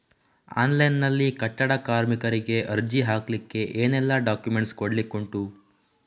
Online ನಲ್ಲಿ ಕಟ್ಟಡ ಕಾರ್ಮಿಕರಿಗೆ ಅರ್ಜಿ ಹಾಕ್ಲಿಕ್ಕೆ ಏನೆಲ್ಲಾ ಡಾಕ್ಯುಮೆಂಟ್ಸ್ ಕೊಡ್ಲಿಕುಂಟು?